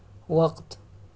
وقت